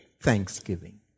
thanksgiving